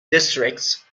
districts